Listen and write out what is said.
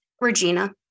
Regina